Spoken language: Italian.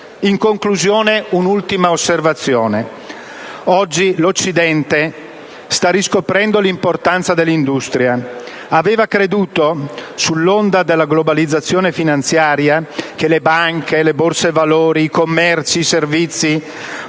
In conclusione, un'ultima osservazione. Oggi l'Occidente sta riscoprendo l'importanza dell'industria. Aveva creduto, sull'onda della globalizzazione finanziaria, che le banche, le borse valori, i commerci e i servizi